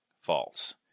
false